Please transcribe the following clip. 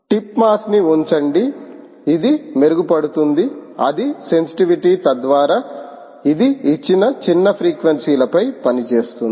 tip మాస్ని ఉంచండి ఇది మెరుగుపడుతుంది అది సెన్సిటివిటీ తద్వారా ఇది ఇచ్చిన చిన్న ఫ్రీక్వెన్సీ లపై పనిచేస్తుంది